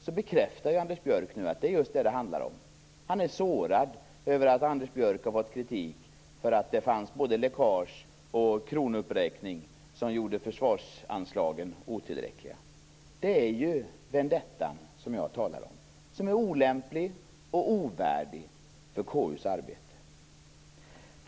Det intressanta är att Anders Björck bekräftar att det är just det som det handlar om. Anders Björck är sårad över att ha fått kritik för att det fanns både läckage och kronuppräkning, som gjorde försvarsanslagen otillräckliga. Det är ju den vendetta som jag talar om. Den är olämplig och ovärdig för KU:s arbete.